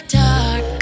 dark